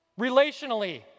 Relationally